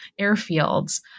airfields